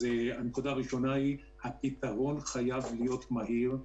אז הנקודה הראשונה היא שהפתרון חייב להיות מהיר.